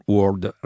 World